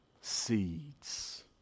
seeds